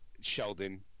Sheldon